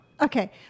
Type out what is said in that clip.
Okay